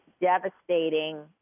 devastating